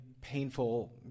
painful